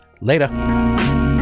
Later